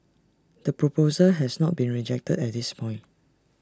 the proposal has not been rejected at this point